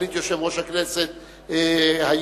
סגנית יושב-ראש הכנסת היום,